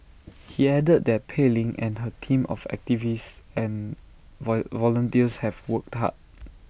he added that Pei Ling and her team of activists and volunteers have worked hard